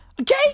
Okay